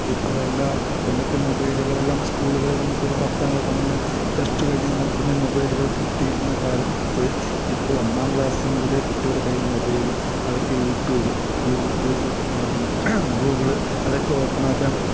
ഇപ്പോൾ എല്ലാം പണ്ടൊക്കെ മൊബൈലുകളെല്ലാം സ്കൂളുകളിൽ നമുക്കൊരു പത്താം ക്ലാ പന്ത്രണ്ടാം പ്ലസ് ടു കഴിഞ്ഞാൽ മാത്രമെ മൊബൈലുകൾ കിട്ടിയിരുന്ന കാലത്ത് ഇപ്പോൾ ഒന്നാം ക്ലാസ്സ് മുതലെ കുട്ടിയുടെ കയ്യിൽ മൊബൈൽ അവർക്ക് യൂട്യൂബ് ഗൂഗി ഗൂഗിൾ ഗൂഗിൾ അതൊക്കെ ഓപ്പണാക്കാൻ